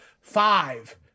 five